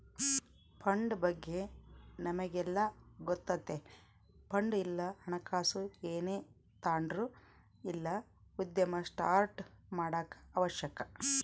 fund ಬಗ್ಗೆ ನಮಿಗೆಲ್ಲ ಗೊತ್ತತೆ ಫಂಡ್ ಇಲ್ಲ ಹಣಕಾಸು ಏನೇ ತಾಂಡ್ರು ಇಲ್ಲ ಉದ್ಯಮ ಸ್ಟಾರ್ಟ್ ಮಾಡಾಕ ಅವಶ್ಯಕ